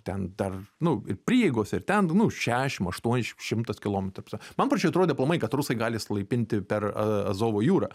ten dar nu ir prieigos ir ten nu šešiasdešimt aštuoniasdešimt šimtas kilometrų man pradžioj atrodė aplamai kad rusai gali išsilaipinti per azovo jūrą